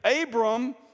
Abram